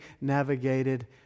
navigated